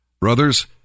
Brothers